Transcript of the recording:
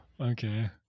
Okay